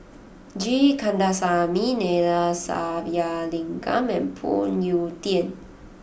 G Kandasamy Neila Sathyalingam and Phoon Yew Tien